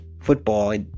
football